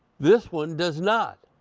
this one does not.